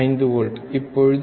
5 volt இப்போது 1